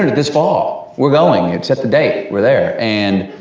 and this fall, we're going. it's set the date, we're there. and,